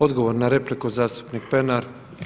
Odgovor na repliku zastupnik Pernar.